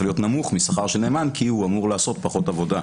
להיות נמוך משכר של נאמן כי הוא אמור לעשות פחות עבודה.